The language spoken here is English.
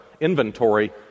inventory